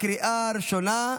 לקריאה הראשונה.